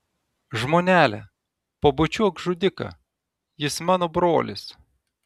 žmonele pabučiuok žudiką jis mano brolis